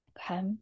okay